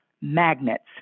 Magnets